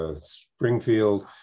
Springfield